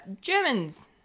Germans